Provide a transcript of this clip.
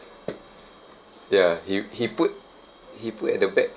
ya he he put he put at the back